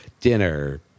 dinner